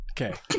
okay